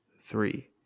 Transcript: Three